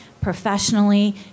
professionally